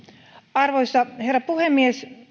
arvoisa herra puhemies